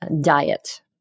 diet